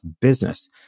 business